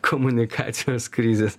komunikacijos krizės